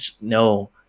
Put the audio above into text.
no